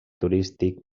turístic